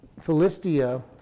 Philistia